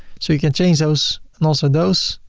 so you can change those and also those.